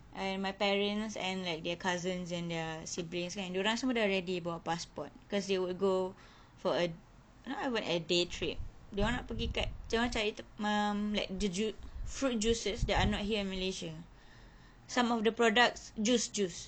I and my parents and like their cousin and their siblings kan dorang semua dah ready bawa passport cause they would go for a not even a day trip dorang nak pergi kat dorang cari um like the juice fruit juices that are not here in malaysia some of the products juice juice